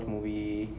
I don't watch movie